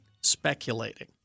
speculating